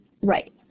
Right